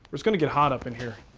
it's going to get hot up in here.